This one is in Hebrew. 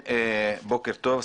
בוקר טוב.